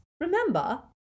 remember